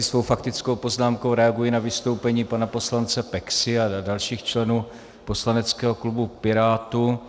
Svou faktickou poznámkou reaguji na vystoupení pana poslance Peksy a dalších členů poslaneckého klubu Pirátů.